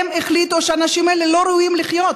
הוחלט שהאנשים האלה לא ראויים לחיות,